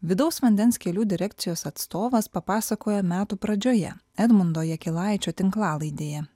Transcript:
vidaus vandens kelių direkcijos atstovas papasakojo metų pradžioje edmundo jakilaičio tinklalaidėje